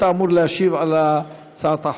אתה אמור להשיב על הצעת החוק.